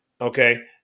Okay